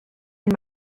and